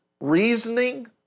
reasoning